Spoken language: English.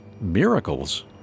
miracles